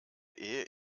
ehe